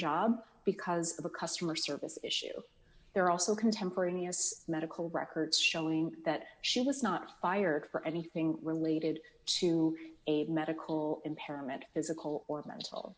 job because of a customer service issue there also contemporaneous medical records showing that she was not fired for anything related to a medical impairment ezekial or mental